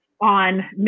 on